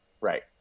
Right